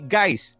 Guys